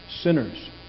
Sinners